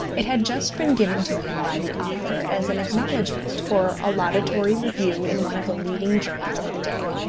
it had just been given to him by the author as an acknowledgment for a laudatory review in one of the leading journals of the day.